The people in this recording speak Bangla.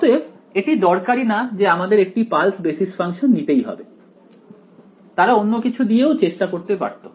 অতএব এটি দরকারি না যে আমাদের একটি পালস বেসিস ফাংশন নিতেই হবে তারা অন্য কিছু দিয়েও চেষ্টা করতে পারত